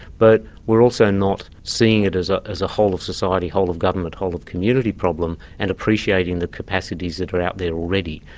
but we're also not seeing it as ah a whole of society, whole of government, whole of community problem, and appreciating the capacities that are out there already.